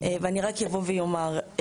אני רק אבוא ואומר,